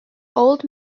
old